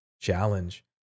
challenge